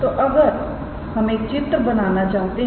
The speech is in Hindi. तो अगर हम एक चित्र बनाना चाहते हैं